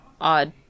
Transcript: odd